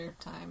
time